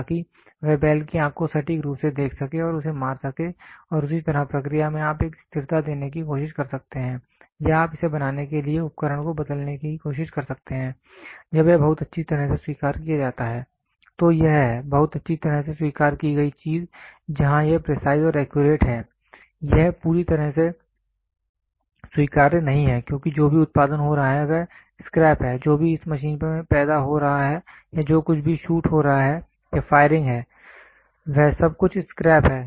ताकि वह बैल की आँख को सटीक रूप से देख सके और उसे मार सके और उसी तरह प्रक्रिया में आप एक स्थिरता देने की कोशिश कर सकते हैं या आप इसे बनाने के लिए उपकरण को बदलने की कोशिश कर सकते हैं जब यह बहुत अच्छी तरह से स्वीकार किया जाता है तो यह है बहुत अच्छी तरह से स्वीकार की गई चीज जहां यह प्रिसाइज और एक्यूरेट है यह पूरी तरह से स्वीकार्य नहीं है क्योंकि जो भी उत्पादन हो रहा है वह स्क्रैप है जो भी इस मशीन में पैदा हो रहा है या जो कुछ भी शूट हो रहा है या फायरिंग है वह सब कुछ स्क्रैप है